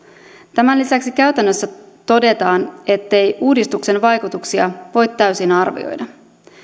tämän lisäksi käytännössä todetaan ettei uudistuksen vaikutuksia voi täysin arvioida